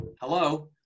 Hello